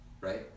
right